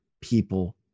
people